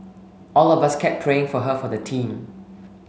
all of us kept praying for her for the team